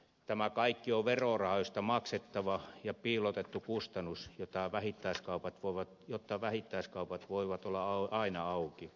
tämä kaikki on verorahoista maksettava ja piilotettu kustannus jotta vähittäiskaupat voivat olla aina auki